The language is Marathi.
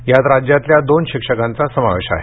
यात राज्यातल्या दोन शिक्षकांचा समावेश आहे